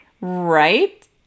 Right